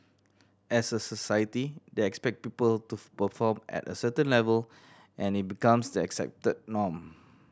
as a society they expect people to perform at a certain level nd it becomes the accepted norm